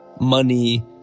money